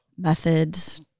methods